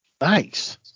Nice